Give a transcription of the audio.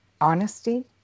honesty